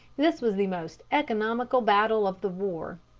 this was the most economical battle of the war.